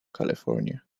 california